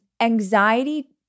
anxiety